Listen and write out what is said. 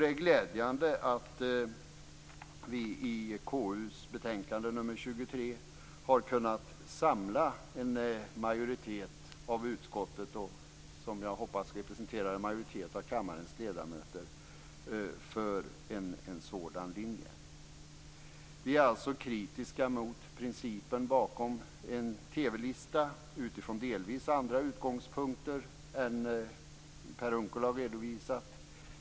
Det är glädjande att vi i KU:s betänkande nr 23 har kunnat samla en majoritet av utskottet, som jag hoppas representerar en majoritet av kammarens ledamöter, för en sådan linje. Vi är alltså kritiska mot principen bakom en TV-lista utifrån delvis andra utgångspunkter än Per Unckel har redovisat.